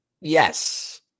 Yes